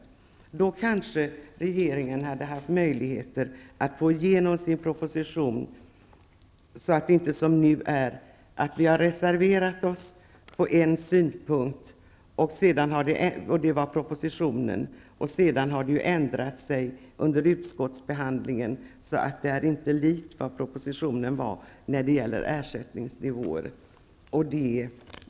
Om så hade skett hade regeringen kanske haft möjlighet att få igenom propositionen. Nu har vi i stället reserverat oss när det gäller propositionen, och när det gäller ersättningsnivåer har det under utskottsbehandlingen ändrat sig så att det inte är likt den ursprungliga propositionen.